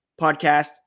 Podcast